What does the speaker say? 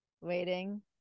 waiting